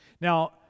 Now